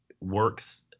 works